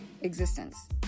existence